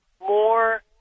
more